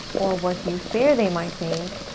or what you fear they might think,